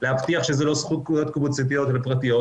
להבטיח שאלה לא זכויות קבוצתיות אלא פרטיות,